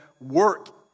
work